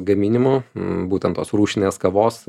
gaminimu būtent tos rūšinės kavos